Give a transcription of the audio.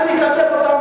אני אקדם אותה,